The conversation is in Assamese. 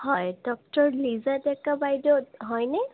হয় ডক্টৰ লিজা ডেকা বাইদেউ হয়নে